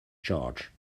george